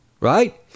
Right